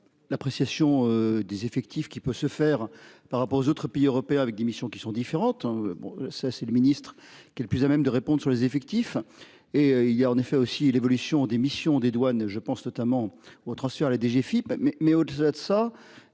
L'appréciation des effectifs qui peut se faire par rapport aux autres pays européens avec des missions qui sont différentes. Bon ça c'est le ministre qui est le plus à même de répondent sur les effectifs et il y a en effet aussi l'évolution des missions des douanes et je pense notamment au transfert à la DGFIP mais mais au-delà de ça